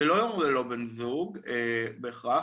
זה לא ללא בן זוג בהכרח.